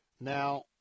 Now